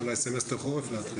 אולי להתחיל בסמסטר חורף.